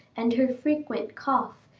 and her frequent cough,